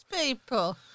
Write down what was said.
people